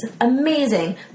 amazing